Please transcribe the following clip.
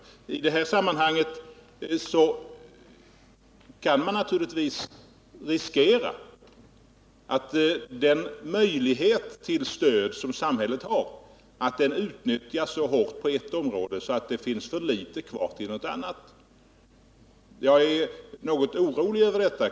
I detta sammanhang kan man naturligtvis riskera att den möjlighet till stöd som samhället har utnyttjas så hårt inom ett område att det finns för litet medel kvar till ett annat. Jag är något orolig över detta.